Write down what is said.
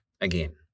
again